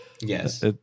Yes